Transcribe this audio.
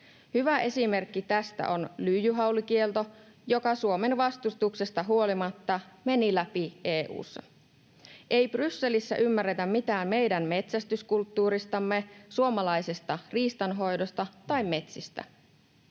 Hyvä esimerkki tästä on lyijyhaulikielto, joka Suomen vastustuksesta huolimatta meni läpi EU:ssa. Ei Brysselissä ymmärretä mitään meidän metsästyskulttuuristamme, suomalaisesta riistanhoidosta tai metsistä.